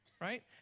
Right